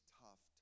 tough